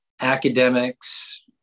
academics